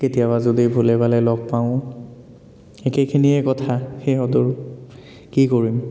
কেতিয়াবা যদি ভুলে ভালে লগ পাওঁ একেখিনিয়েই কথা সিহঁতৰো কি কৰিম